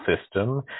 system